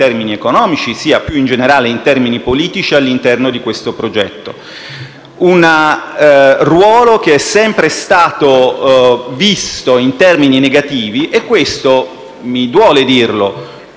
sia, più in generale, in termini politici, all'interno di questo progetto. Tale ruolo è sempre stato visto in termini negativi, e questo - mi duole dirlo